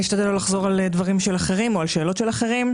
אני אשתדל לא לחזור על דברים שנאמרו או לשאול שאלות שכבר נשאלו.